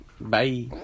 Bye